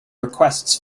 requests